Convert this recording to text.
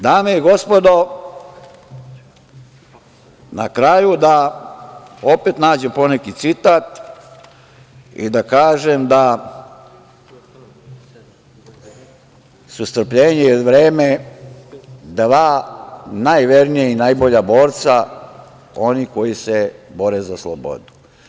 Dame i gospodo, na kraju da opet nađem poneki citat i da kažem da su strpljenje i vreme dva najvernija i najbolja borca, oni koji se bore za slobodu.